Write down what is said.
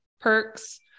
perks